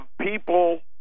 people